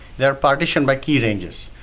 they're partitioned by key ranges.